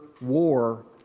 war